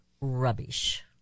rubbish